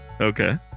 Okay